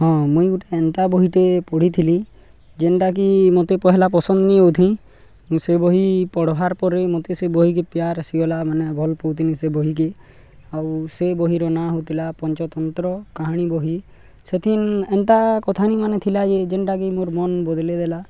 ହଁ ମୁଇଁ ଗୋଟେ ଏନ୍ତା ବହିଟେ ପଢ଼ିଥିଲି ଯେନ୍ଟାକି ମୋତେ ପହଲା ପସନ୍ଦ ନେଇ ହଉଥିସି ମୁଁ ସେ ବହି ପଢ଼୍ବାର୍ ପରେ ମୋତେ ସେ ବହିକେ ପ୍ୟାର ଆସିଗଲା ମାନେ ଭଲ୍ ପାଉଥିନି ସେ ବହିକେ ଆଉ ସେ ବହିର ନାଁ ହେଉଥିଲା ପଞ୍ଚତନ୍ତ୍ର କାହାଣୀ ବହି ସେଥିନ୍ ଏନ୍ତା କଥାନି ମାନେ ଥିଲା ଯେ ଯେନ୍ଟାକି ମୋର ମନ ବଦଲେଇ ଦେଲା